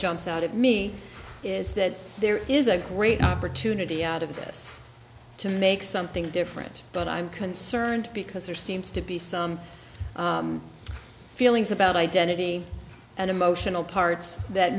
jumps out at me is that there is a great opportunity out of this to makes something different but i'm concerned because there seems to be some feelings about identity and emotional parts that